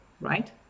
right